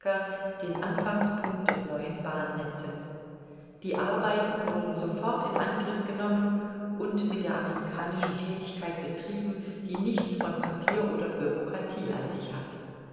den anfangspunkt des neuen bahnnetzes die arbeiten wurden sofort in angriff genommen und mit der amerikanischen thätigkeit betrieben die nichts von papier oder bureaukratie an sich hat